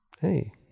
Hey